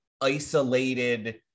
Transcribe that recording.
isolated